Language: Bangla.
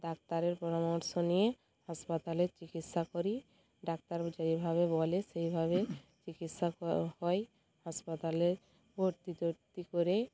ডাক্তারের পরামর্শ নিয়ে হাসপাতালে চিকিৎসা করি ডাক্তারবাবু যেইভাবে বলে সেইভাবে চিকিৎসা হয় হাসপাতালে ভর্তি টর্তি করে